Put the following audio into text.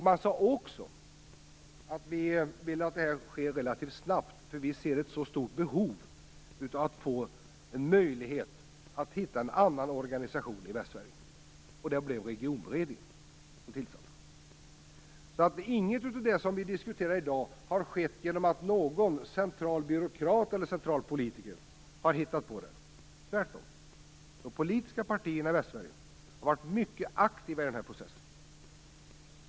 Man sade också: Vi vill att det sker relativt snabbt, eftersom vi ser ett så stort behov av att få en möjlighet att hitta en annan organisation i Västsverige. Det blev Regionberedningen som tillsattes. Inget av det som vi diskuterar i dag har alltså hittats på av någon central byråkrat eller central politiker. Tvärtom har de politiska partierna i Västsverige varit mycket aktiva i den här processen.